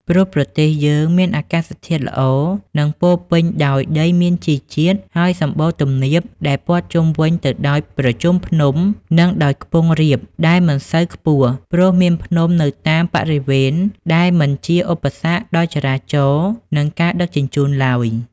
ព្រោះប្រទេសយើងមានអាកាសធាតុល្អ និង ពោពេញដោយដីមានជីជាតិ ហើយសម្បូរទំនាបដែលព័ទ្ធជុំវិញទៅដោយប្រជុំភ្នំ និងដោយខ្ពង់រាប ដែលមិនសូវខ្ពស់ ព្រោះមានភ្នំនៅតាមបរិវេណដែលមិនជាឧបសគ្គដល់ចរាចរណ៍ និងការដឹកជញ្ជូនឡើយ។